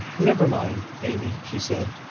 never mind, amy, she said.